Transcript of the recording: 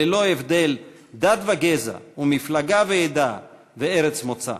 ללא הבדל דת וגזע ומפלגה ועדה וארץ מוצא".